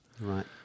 Right